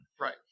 right